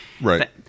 Right